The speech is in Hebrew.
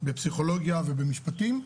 בפסיכולוגיה ובמשפטים.